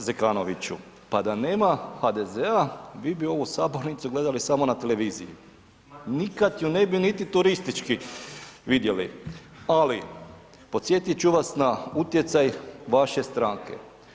Kolega Zekanoviću, pa da nema HDZ-a vi bi ovu sabornicu gledali samo na televiziji, nikad ju ne bi niti turistički vidjeli, ali podsjetit ću vas na utjecaj vaše stranke.